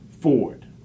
Ford